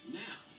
now